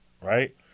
right